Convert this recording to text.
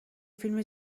فیلم